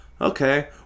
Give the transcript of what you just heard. Okay